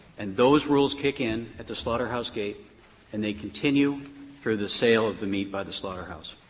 and those rules kick in at the slaughterhouse gate and they continue through the sale of the meat by the slaughterhouse.